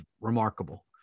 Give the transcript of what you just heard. remarkable